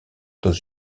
dans